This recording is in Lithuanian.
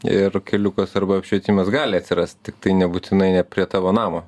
ir keliukas arba apšvietimas gali atsirast tiktai nebūtinai ne prie tavo namo